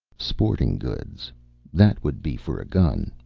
sporting goods that would be for a gun,